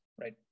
right